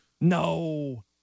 No